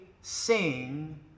sing